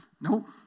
nope